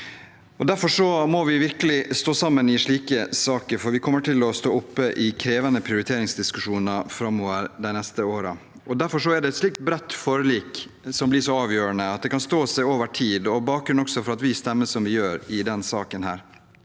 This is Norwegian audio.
Derfor må vi virkelig stå sammen i slike saker, for vi kommer til å stå i krevende prioriteringsdiskusjoner de neste årene. Derfor blir et slikt bredt forlik så avgjørende, at det kan stå seg over tid, og det er bakgrunnen for at vi stemmer som vi gjør i denne saken.